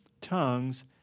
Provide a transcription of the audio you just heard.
tongues